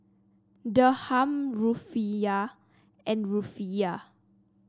Dirham Rufiyaa and Rufiyaa